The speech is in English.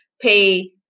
pay